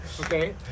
Okay